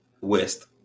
West